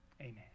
amen